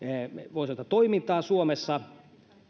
toimintaa suomessa